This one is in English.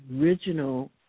original